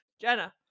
Jenna